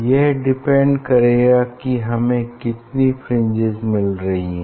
यह डिपेंड करेगा कि हमें कितनी फ्रिंजेस मिल रही हैं